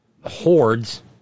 hordes